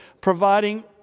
providing